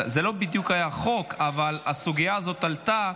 זה לא בדיוק היה חוק, אבל הסוגיה הזאת עלתה,